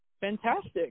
Fantastic